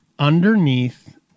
Underneath